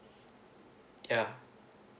yeah